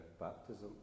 baptism